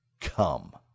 come